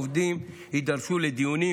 העובדים יידרשו לדיונים,